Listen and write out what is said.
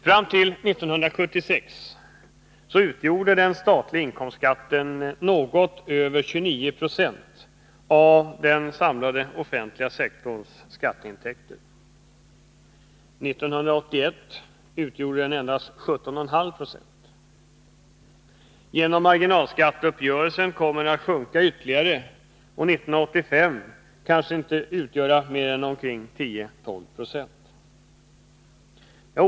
Fram till 1976 utgjorde den statliga inkomstskatten något över 29 96 av den offentliga sektorns samlade skatteintäkter. 1981 utgjorde den endast 17,5 90. Genom marginalskatteuppgörelsen kommer den att sjunka ytterligare, och 1985 kanske den inte utgör mer än 10-12 96.